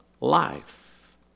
life